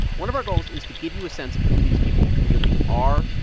one of our goals is to give you a sense of who these people really are.